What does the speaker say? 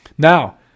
Now